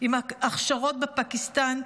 עם ההכשרות בפקיסטן,